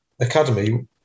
academy